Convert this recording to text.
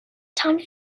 time